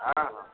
ହଁ ହଁ